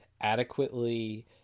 adequately